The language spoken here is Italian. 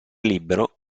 libero